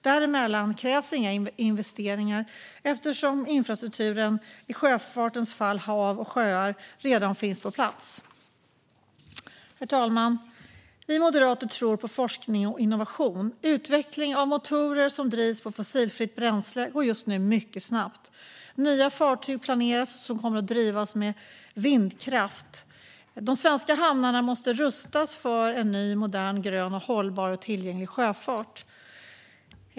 Däremellan krävs inga investeringar eftersom infrastrukturen - i sjöfartens fall hav och sjöar - redan finns på plats. Herr talman! Vi moderater tror på forskning och innovation. Utvecklingen av motorer som drivs med fossilfritt bränsle går just nu mycket snabbt. Nya fartyg planeras som kommer att drivas med vindkraft. De svenska hamnarna måste därför rustas för en ny, modern, grön, hållbar och tillgänglig sjöfart.